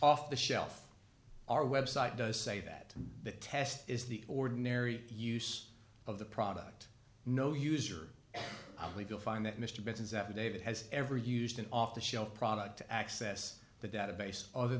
off the shelf our website does say that the test is the ordinary use of the product no user i believe you'll find that mr benson's affidavit has ever used an off the shelf product to access the database other